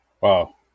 wow